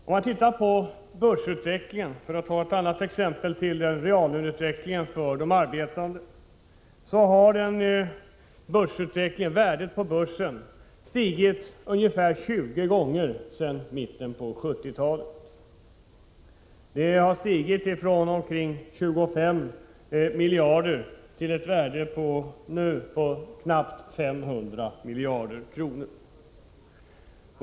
Om man tittar på börsutvecklingen, för att ta ett annat exempel när det gäller reallöneutvecklingen för de arbetande, finner man att värdet på börsen är ungefär 20 gånger större än det var i mitten av 70-talet. Värdet har stigit från omkring 25 miljarder till knappt 500 miljarder.